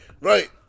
right